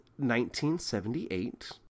1978